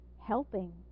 helping